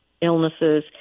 illnesses